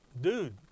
dude